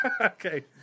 Okay